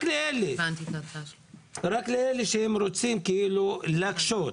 רק לאלה שרוצים למעשה להקשות.